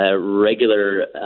Regular